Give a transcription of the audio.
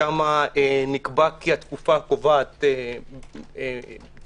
שם נקבע כי התקופה הקובעת תהיה